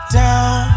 down